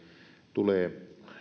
tulee